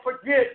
forget